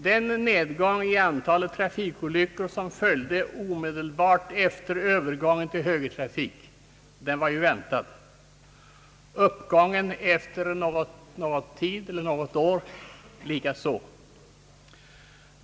Den nedgång av antalet trafikolyckor som följde omedelbart efter övergången till högertrafik var ju väntad, uppgången efter något år likaså.